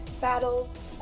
battles